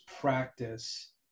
practice